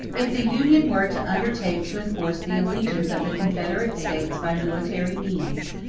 if the union were to undertake to enforce the allegiance of the confederate states by military means,